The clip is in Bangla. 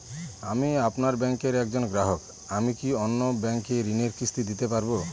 আমি আপনার ব্যাঙ্কের একজন গ্রাহক আমি কি অন্য ব্যাঙ্কে ঋণের কিস্তি দিতে পারবো?